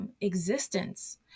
existence